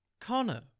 Connor